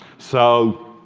so